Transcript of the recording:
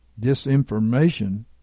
Disinformation